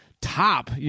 top